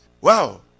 Wow